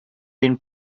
been